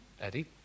Eddie